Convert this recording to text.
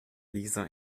lisa